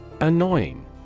Annoying